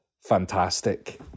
fantastic